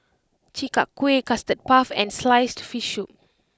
Chi Kak Kuih Custard Puff and Sliced Fish Soup